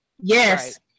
Yes